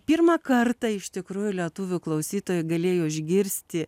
pirmą kartą iš tikrųjų lietuvių klausytojai galėjo išgirsti